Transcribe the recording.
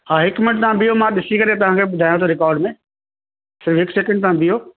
हा हिकु मिंट तव्हां बीहो मां ॾिसी करे तव्हांखे ॿुधायां थो रिकॉर्ड में सिर्फ़ु हिकु सैकेंड तव्हां बीहो